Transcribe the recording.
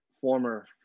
former